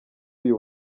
uyu